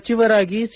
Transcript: ಸಚಿವರಾಗಿ ಸಿ